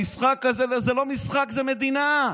המשחק הזה, זה לא משחק, זה מדינה.